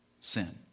sin